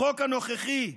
בחוק הנוכחי,